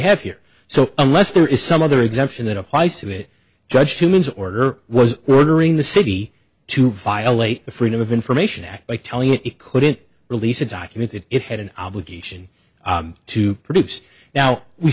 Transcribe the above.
have here so unless there is some other exemption that applies to it judge humans order was ordering the city to violate the freedom of information act by telling it couldn't release a document that it had an obligation to produce now we